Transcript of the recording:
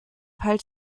fall